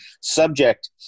subject